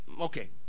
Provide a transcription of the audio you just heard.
Okay